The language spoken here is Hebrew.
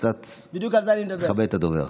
קצת לכבד את הדובר.